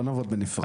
לא נעבור בנפרד.